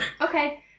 Okay